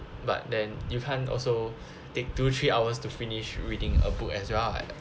but then you can't also take two three hours to finish reading a book as well like